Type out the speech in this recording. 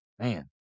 man